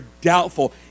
doubtful